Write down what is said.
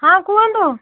ହଁ କୁହନ୍ତୁ